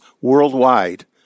worldwide